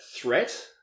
threat